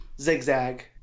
zigzag